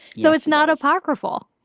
so it's not apocryphal?